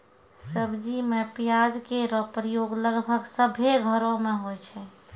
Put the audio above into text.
सब्जी में प्याज केरो प्रयोग लगभग सभ्भे घरो म होय छै